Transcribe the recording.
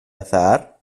azahar